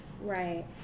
right